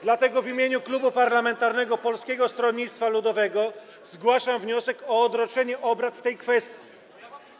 Dlatego w imieniu Klubu Parlamentarnego Polskiego Stronnictwa Ludowego zgłaszam wniosek o odroczenie obrad w tej kwestii.